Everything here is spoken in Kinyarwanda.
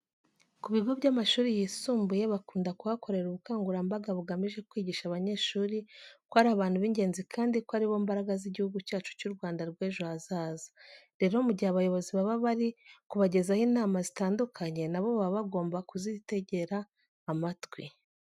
Ku bigo by'amashuri yisumbuye bakunda kuhakorera ubukangurambaga bugamije kwigisha abanyeshuri ko ari abantu b'ingenzi kandi ko ari bo mbaraga z'Igihugu cyacu cy'u Rwanda rw'ejo hazaza. Rero mu gihe abayobozi baba bari kubagezaho inama zitandukanye, na bo baba bagomba kuzitegera amatwi.